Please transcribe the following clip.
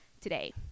today